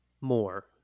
more